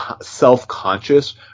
self-conscious